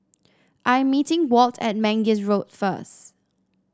I am meeting Walt at Mangis Road first